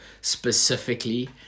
specifically